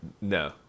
no